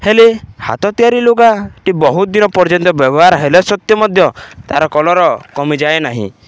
ହେଲେ ହାତ ତିଆରି ଲୁଗାଟି ବହୁତ ଦିନ ପର୍ଯ୍ୟନ୍ତ ବ୍ୟବହାର ହେଲା ସତ୍ତ୍ୱେ ମଧ୍ୟ ତା'ର କଲର୍ କମିଯାଏ ନାହିଁ